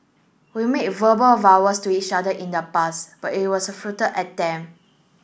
we made verbal vowels to each other in the past but it was a futile attempt